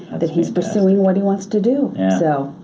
that he's pursuing what he wants to do. so